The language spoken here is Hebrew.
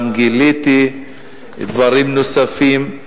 גם גיליתי דברים נוספים.